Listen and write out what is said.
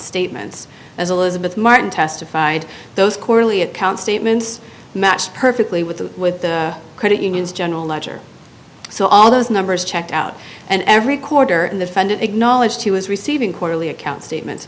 statements as elizabeth martin testified those quarterly account statements matched perfectly with the credit unions general ledger so all those numbers checked out and every quarter in the fund acknowledged he was receiving quarterly account statement